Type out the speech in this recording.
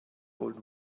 old